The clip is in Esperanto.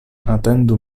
atendu